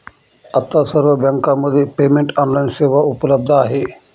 आता सर्व बँकांमध्ये पेमेंट ऑनलाइन सेवा उपलब्ध आहे